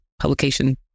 publication